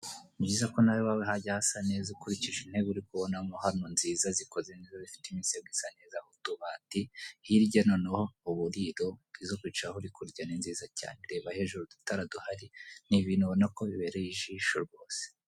Nizere ko nawe iwawe hajya hasa neza ukurikije intebe uri kubona mo hano nziza zikoze neza zifite imisego isa neza, utubati, hirya noneho; uburiro, n'izo kwicaraho uri kurya ni nzira cyare. Reba hejuru udutara duhari, ni ibintu ubona ko bibereye ijisho rwose.